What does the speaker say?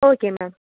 okay ma'am